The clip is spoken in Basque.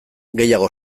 gehiago